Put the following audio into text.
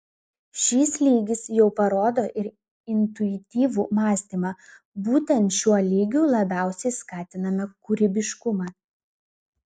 šis lygis jau parodo ir intuityvų mąstymą būtent šiuo lygiu labiausiai skatiname kūrybiškumą